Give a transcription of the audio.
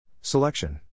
Selection